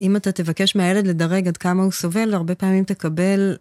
אם אתה תבקש מהילד לדרג עד כמה הוא סובל, הרבה פעמים תקבל...